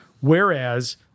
whereas